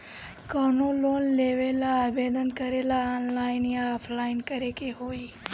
कवनो लोन लेवेंला आवेदन करेला आनलाइन या ऑफलाइन करे के होई?